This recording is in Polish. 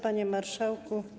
Panie Marszałku!